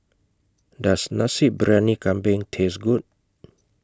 Does Nasi Briyani Kambing Taste Good